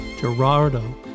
gerardo